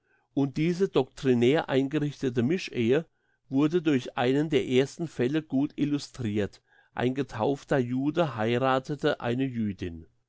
und diese doctrinär eingerichtete mischehe wurde durch einen der ersten fälle gut illustrirt ein getaufter jude heiratete eine jüdin